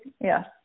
yes